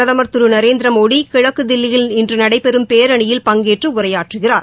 பிரதமர் திரு நரேந்திர மோடி கிழக்கு தில்லியில் இன்று நடைபெறும் பேரணியில் பங்கேற்று உரையாற்றுகிறார்